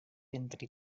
entre